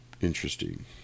Interesting